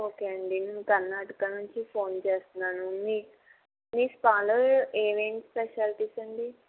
okay అండి నేను కర్ణాటక నుంచి ఫోన్ చేస్తున్నాను మీ మీ స్పాలో ఏమేం స్పెషలిటీస్ అండి